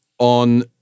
on